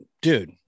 dude